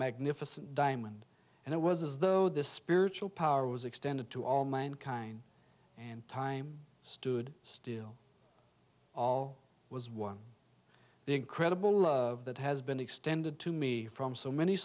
magnificent diamond and it was as though this spiritual power was extended to all mankind and time stood still all was one the incredible love that has been extended to me from so many